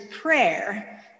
prayer